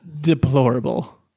Deplorable